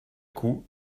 coup